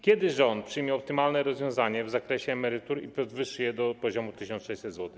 Kiedy rząd przyjmie optymalne rozwiązanie w zakresie emerytur i podwyższy je do poziomu 1600 zł?